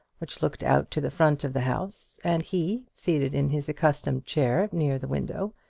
which looked out to the front of the house and he, seated in his accustomed chair, near the window,